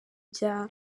bya